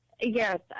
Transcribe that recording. Yes